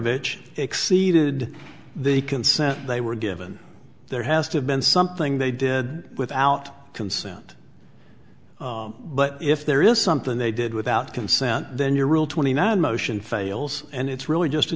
it exceeded the consent they were given there has to have been something they did without consent but if there is something they did without consent then your rule twenty nine motion fails and it's really just